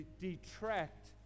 detract